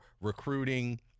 recruiting